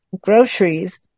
groceries –